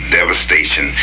devastation